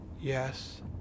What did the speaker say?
Yes